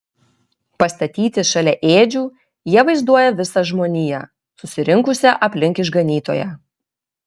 pastatyti šalia ėdžių jie vaizduoja visą žmoniją susirinkusią aplink išganytoją